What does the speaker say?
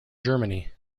germany